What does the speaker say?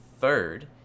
third